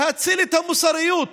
להציל את המוסריות,